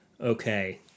Okay